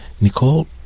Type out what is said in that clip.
Nicole